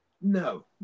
No